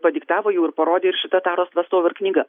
padiktavo jau ir parodė ir šita taros vestouver knyga